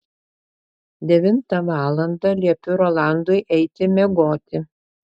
devintą valandą liepiu rolandui eiti miegoti